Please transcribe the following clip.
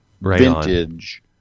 vintage